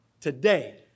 today